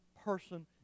person